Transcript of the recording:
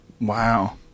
wow